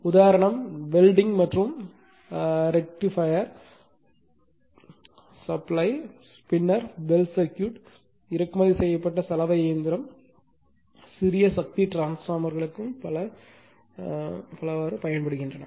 உதாரணம் வெல்டிங் மற்றும் rectifier supplies பின்னர் பெல் சர்க்யூட் இறக்குமதி செய்யப்பட்ட சலவை இயந்திரம் சிறிய சக்தி டிரான்ஸ்பார்மர்க்கு பல விஷயங்கள் உள்ளன